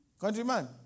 Countryman